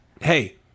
hey